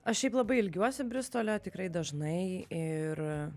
aš šiaip labai ilgiuosi bristolio tikrai dažnai ir